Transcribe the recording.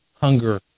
hunger